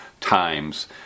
times